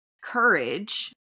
courage